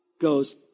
goes